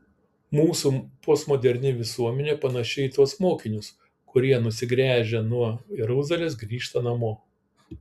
mūsų postmoderni visuomenė panaši į tuos mokinius kurie nusigręžę nuo jeruzalės grįžta namo